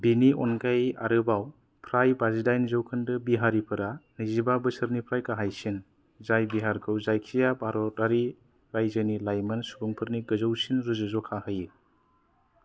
बिनि अनगायै आरोबाव फ्राय बाजिदायेन जौखोन्दो बिहारीफोरा नैजिबा बोसोरनिफ्राय गाहायसिन जाय बिहारखौ जायखिया भारतारि रायजोनि लाइमोन सुबुंफोरनि गोजौसिन रुजुज'खा होयो